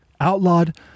Outlawed